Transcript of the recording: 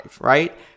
Right